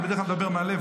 אני בדרך כלל מדבר מהלב,